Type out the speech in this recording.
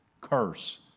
curse